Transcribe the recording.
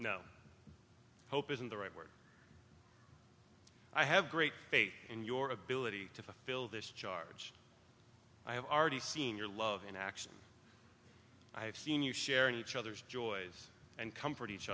no hope isn't the right word i have great faith in your ability to fill this charge i have already seen your love in action i have seen you share in each other's joys and comfort each